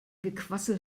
gequassel